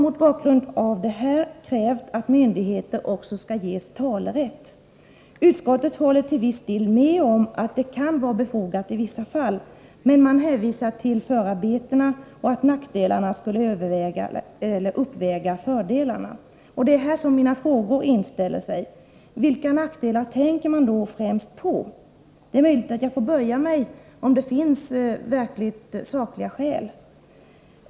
Mot bakgrund av detta har jag krävt att myndigheterna också skall ges besvärsrätt. Utskottet håller till viss del med om att det kan vara befogat i vissa fall men hänvisar till förarbetena till sekretesslagen och anser att nackdelarna skulle uppväga fördelarna. Det är här min fråga inställer sig: Vilka nackdelar tänker man då främst på? Det är möjligt att jag får böja mig, om det finns sakliga skäl.